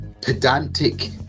pedantic